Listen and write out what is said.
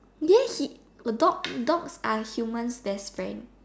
yeah he dog dogs are humans best friends